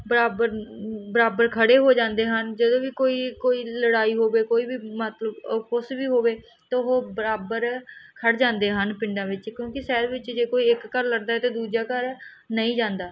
ਬਰਾਬਰ ਬਰਾਬਰ ਖੜ੍ਹੇ ਹੋ ਜਾਂਦੇ ਹਨ ਜਦੋਂ ਵੀ ਕੋਈ ਕੋਈ ਲੜਾਈ ਹੋਵੇ ਕੋਈ ਵੀ ਮਤਲਬ ਕੁਛ ਵੀ ਹੋਵੇ ਤਾਂ ਉਹ ਬਰਾਬਰ ਖੜ੍ਹ ਜਾਂਦੇ ਹਨ ਪਿੰਡਾਂ ਵਿੱਚ ਕਿਉਂਕਿ ਸ਼ਹਿਰ ਵਿੱਚ ਜੇ ਕੋਈ ਇੱਕ ਘਰ ਲੜਦਾ ਹੈ ਤਾਂ ਦੂਜਾ ਘਰ ਨਹੀਂ ਜਾਂਦਾ